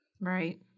Right